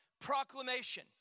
proclamation